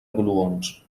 gluons